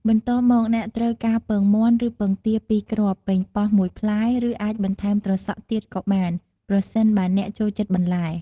បន្ទាប់មក អ្នកត្រូវការពងមាន់ ឬពងទាពីរគ្រាប់ ប៉េងប៉ោះមួយផ្លែ ឬអាចបន្ថែមត្រសក់ទៀតក៏បាន ប្រសិនបើអ្នកចូលចិត្តបន្លែ។